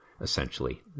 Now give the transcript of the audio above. essentially